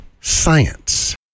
science